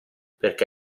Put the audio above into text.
perché